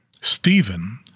Stephen